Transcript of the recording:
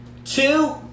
Two